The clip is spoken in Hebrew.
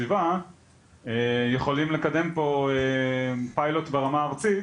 הסביבה יכולים לקדם פה פיילוט ברמה הארצית